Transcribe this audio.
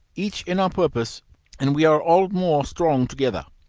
each in our purpose and we are all more strong together.